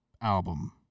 album